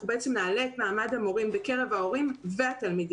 בעצם נעלה את מעמד המורים בקרב ההורים והתלמידים.